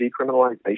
decriminalization